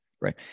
right